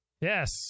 Yes